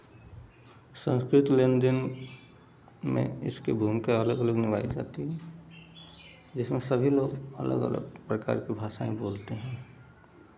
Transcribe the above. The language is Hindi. संस्कृत लेन देन में में इसकी भूमिका अलग अलग निभाई जाती है जिसमें सभी लोग अलग अलग प्रकार की भाषाएं बोलते हैं